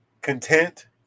content